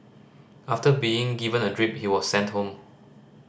after being given a drip he was sent home